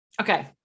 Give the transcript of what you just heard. Okay